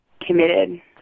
committed